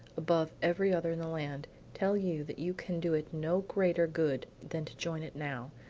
above every other in the land, tell you that you can do it no greater good than to join it now,